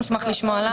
אני אשמח לשמוע למה.